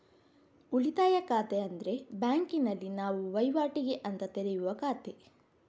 ಉಳಿತಾಯ ಖಾತೆ ಅಂದ್ರೆ ಬ್ಯಾಂಕಿನಲ್ಲಿ ನಾವು ವೈವಾಟಿಗೆ ಅಂತ ತೆರೆಯುವ ಖಾತೆ